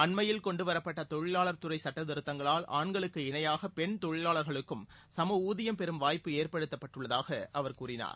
அண்மையில் கொண்டுவரப்பட்ட தொழிலாளர் துறை சட்டத்திருத்தங்களால் ஆண்களுக்கு இணையாக பெண் தொழிலாளர்களுக்கும் சமஊதியம் பெரும் வாய்ப்பு ஏற்படுத்தப்பட்டுள்ளதாக அவர் கூறினார்